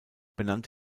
benannt